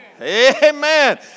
Amen